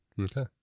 Okay